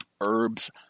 Herbs